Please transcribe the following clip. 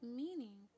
meaning